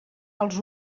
als